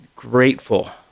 Grateful